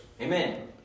Amen